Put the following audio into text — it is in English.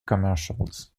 commercials